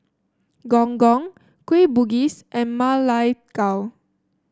Gong Gong Kueh Bugis and Ma Lai Gao